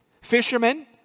fishermen